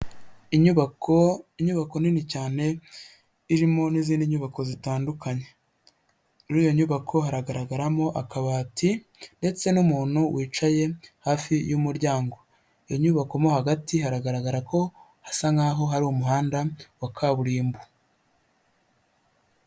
Inyubako, inyubako nini cyane irimo n'izindi nyubako zitandukanye, muri iyo nyubako hagaragaramo akabati ndetse n'umuntu wicaye hafi y'umuryango, iyo nyubako mo hagati hagaragara ko hasa nkaho hari umuhanda wa kaburimbo.